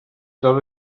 tot